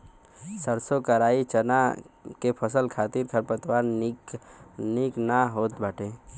सरसों कराई चना के फसल खातिर खरपतवार निक ना होत बाटे